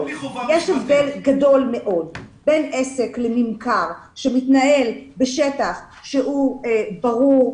יש הבדל גדול מאוד בין עסק לממכר שמתנהל בשטח שהוא ברור,